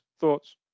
thoughts